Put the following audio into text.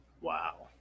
Wow